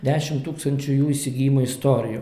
dešim tūkstančių jų įsigijimo istorijų